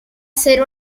ser